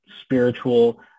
spiritual